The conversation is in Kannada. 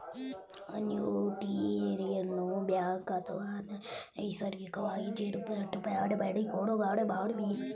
ಅನುಯಿಟಿಯನ ಬ್ಯಾಂಕ್ ಅಥವಾ ಇನ್ಸೂರೆನ್ಸ್ ಏಜೆಂಟ್ ಬಳಿ ತೆಗೆದುಕೊಳ್ಳಬಹುದು